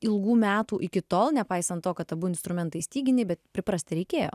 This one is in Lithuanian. ilgų metų iki tol nepaisant to kad abu instrumentai styginiai bet priprasti reikėjo